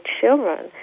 children